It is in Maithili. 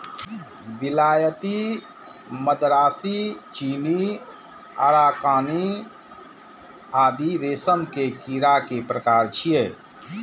विलायती, मदरासी, चीनी, अराकानी आदि रेशम के कीड़ा के प्रकार छियै